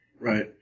Right